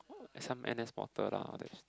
some N_S portal lah there's